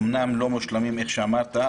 אומנם לא מושלמים כמו שאמרת,